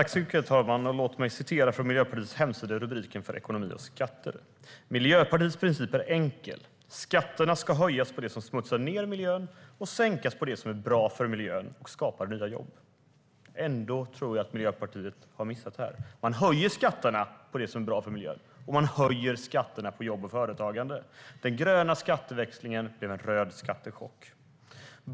Herr talman! På Miljöpartiets hemsida, under rubriken för ekonomi och skatter kan man läsa följande: Miljöpartiets princip är enkel. Skatterna ska höjas på det som smutsar ned miljön och sänkas på det som är bra för miljön och skapar nya jobb. Ändå tror jag att Miljöpartiet har missat något här. Man höjer skatterna på det som är bra för miljön, och man höjer skatterna på jobb och företagande. Den gröna skatteväxlingen blev en röd skattechock.